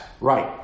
right